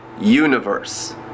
universe